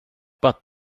but